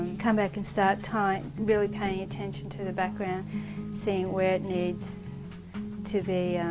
come back and start tying, really paying attention to the background seeing where it needs to be,